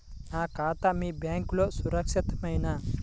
నా ఖాతా మీ బ్యాంక్లో సురక్షితమేనా?